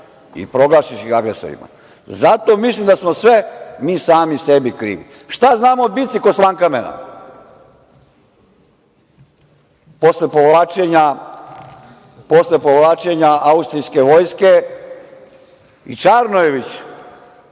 i proglasiš ih agresorima. Zato mislim da smo sve mi sami sebi krivi. Šta znamo o bici kod Slankamena posle povlačenja austrijske vojske? Čarnojević